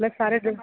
लग सारे जगह